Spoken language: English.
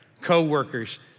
coworkers